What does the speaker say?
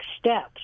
steps